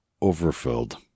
overfilled